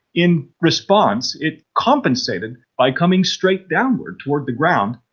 in response it compensated by coming straight downward towards the ground,